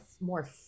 more